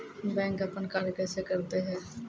Bank अपन कार्य कैसे करते है?